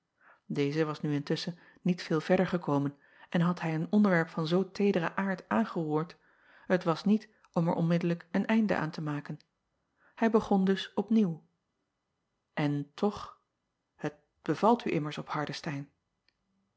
eze was nu intusschen niet veel verder gekomen en had hij een onderwerp van zoo teederen aard aangeroerd het was niet om er onmiddellijk een einde aan te maken ij begon dus opnieuw n toch het bevalt u immers op